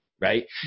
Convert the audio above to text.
Right